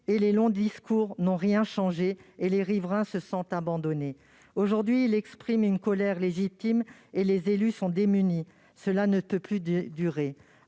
et les longs discours n'ont rien changé et les riverains se sentent abandonnés. Aujourd'hui, ils expriment une colère légitime et les élus sont démunis. Cela ne peut plus durer.